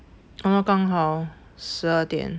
刚刚好十二点